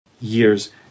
years